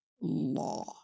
Law